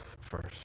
first